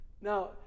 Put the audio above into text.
Now